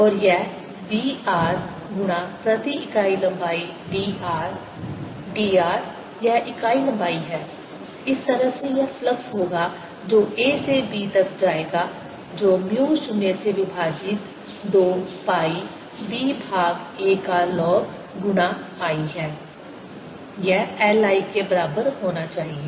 और यह b r गुणा प्रति इकाई लंबाई dr dr यह इकाई लंबाई है इस तरह से यह फ्लक्स होगा जो a से b तक जाएगा जो म्यू 0 से विभाजित 2 पाई b भाग a का लॉग गुणा I है यह LI के बराबर होना चाहिए